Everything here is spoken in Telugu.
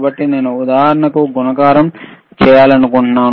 కాబట్టి నేను ఉదాహరణకు గుణకారం చేయాలనుకుంటున్నారు